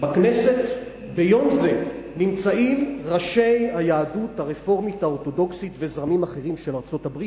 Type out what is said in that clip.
בכנסת ביום זה נמצאים ראשי היהדות הרפורמית וזרמים אחרים בארצות-הברית,